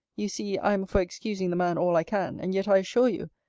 you see i am for excusing the man all i can and yet, i assure you,